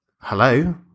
Hello